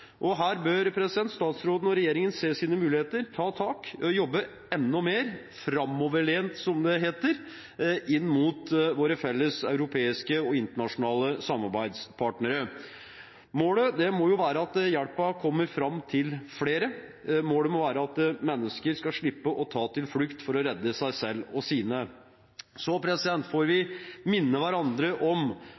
sammen. Her bør statsråden og regjeringen se mulighetene, ta tak og jobbe enda mer framoverlent, som det heter, inn mot våre felles europeiske og internasjonale samarbeidspartnere. Målet må være at hjelpen kommer fram til flere. Målet må være at mennesker skal slippe å ta til flukt for å redde seg selv og sine. Så får vi minne hverandre om